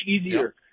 easier